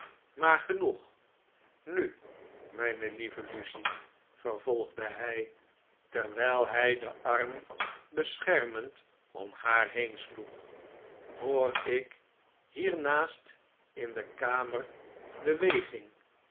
maar genoeg nu mjjne lieve lucie vervolgde hfl terwjjl hjj den arm beschermend om haar heen sloeg hoor ik hiernaast in de kamer